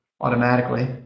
automatically